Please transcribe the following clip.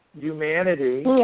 humanity